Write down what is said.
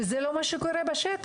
וזה לא מה שקורה בשטח.